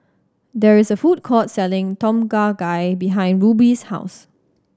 there is a food court selling Tom Kha Gai behind Ruby's house